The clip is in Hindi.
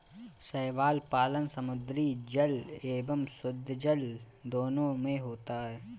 शैवाल पालन समुद्री जल एवं शुद्धजल दोनों में होता है